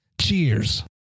Cheers